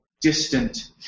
distant